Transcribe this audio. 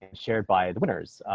and shared by the winners.